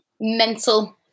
Mental